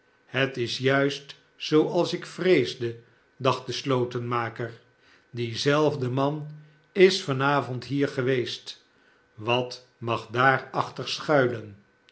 het is juist zooals ik vreesde dacht de slotenmaker die zelfde man is van avond hier geweest wat mag daar achter schuilen